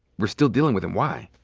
we're still dealing with them. why?